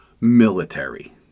military